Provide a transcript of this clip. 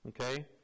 Okay